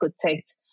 protect